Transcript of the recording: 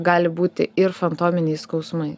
gali būti ir fantominiai skausmai